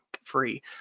free